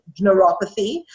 neuropathy